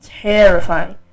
terrifying